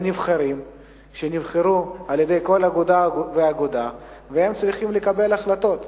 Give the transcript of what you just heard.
הם נבחרים שנבחרו על-ידי כל אגודה ואגודה והם צריכים לקבל החלטות.